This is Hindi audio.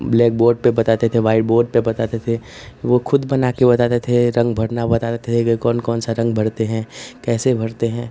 ब्लैक बोर्ड पर बताते थे व्हाइट बोर्ड पर बताते थे वह खुद बनाकर बताते थे रंग भरना बताते थे वह कौन कौन सा रंग भरते हैं कैसे भरते हैं